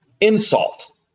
insult